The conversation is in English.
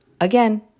Again